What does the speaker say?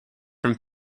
from